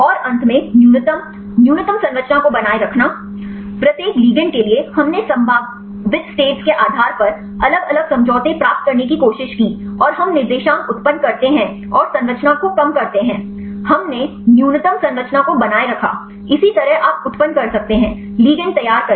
और अंत में न्यूनतम न्यूनतम संरचना को बनाए रखा प्रत्येक लिगैंड के लिए हमने संभावित स्टेट्स के आधार पर अलग अलग समझौते प्राप्त करने की कोशिश की और हम निर्देशांक उत्पन्न करते हैं और संरचना को कम करते हैं हमने न्यूनतम संरचना को बनाए रखा इसी तरह आप उत्पन्न कर सकते हैं लिगेंड तैयार करें